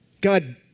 God